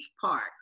Park